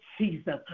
Jesus